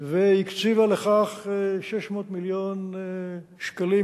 והקציבה לכך 600 מיליון שקלים,